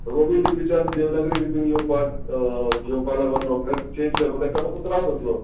रोमी लिपीच्यान देवनागरी लिपीन येवपाक घेवपाक लागोन रोकडेच चेंज करपाक तेंका मातसो त्रास जातलो